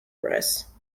press